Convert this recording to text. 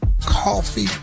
coffee